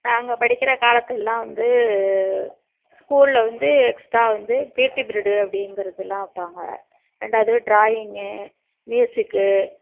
நாங்கள் படிக்கிற காலத்திலலாம் வந்து ஸ்கூலில் வந்து எக்ஸ்ட்ரா வந்து பீடி ப்ரீடு அப்படிங்கிறதுலாம் வைப்பாங்க ரெண்டாவது ட்ராயிங்கு மியூசிக்கு